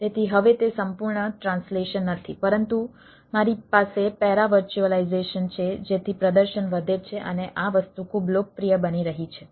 તેથી હવે તે સંપૂર્ણ ટ્રાન્સલેશન નથી પરંતુ મારી પાસે પેરા વર્ચ્યુઅલાઈઝેશન છે જેથી પ્રદર્શન વધે છે અને આ વસ્તુ ખૂબ લોકપ્રિય બની રહી છે